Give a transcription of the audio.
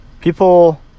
people